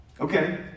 Okay